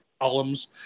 Columns